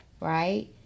Right